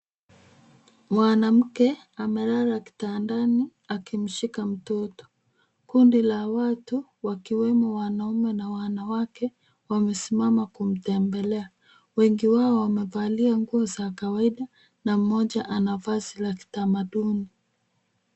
Mwanamke amelala kitandani akimshika mtoto. Kundi la watu wakiwemo wanaume na wanawake, wamesimama kumtembelea. Wengi wao wamevalia nguo za kawaida, na mmoja ana vazi la kiamaduni.